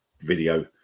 video